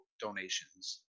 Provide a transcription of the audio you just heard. donations